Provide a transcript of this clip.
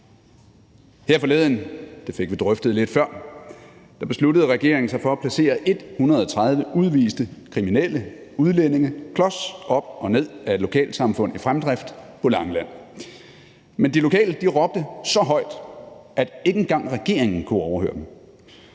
Her forleden – det fik vi drøftet lidt før – besluttede regeringen sig for at placere 130 udviste kriminelle udlændinge klos op og ned ad et lokalsamfund i fremdrift på Langeland, men de lokale råbte så højt, at ikke engang regeringen kunne overhøre dem.